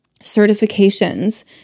certifications